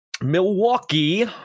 Milwaukee